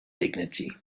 dignity